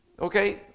Okay